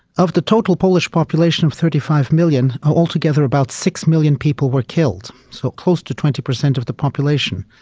of the total polish population of thirty five million, altogether about six million people were killed, so close to twenty percent of the population,